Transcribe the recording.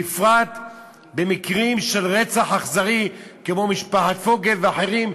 בפרט במקרים של רצח אכזרי כמו של משפחת פוגל ואחרים,